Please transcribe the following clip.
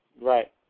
Right